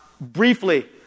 Briefly